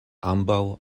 ambaŭ